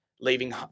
leaving